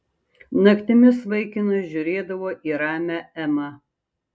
naktimis vaikinas žiūrėdavo į ramią emą